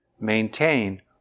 maintain